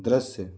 दृश्य